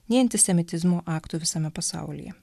nei antisemitizmo aktų visame pasaulyje